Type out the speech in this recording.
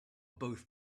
both